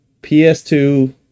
PS2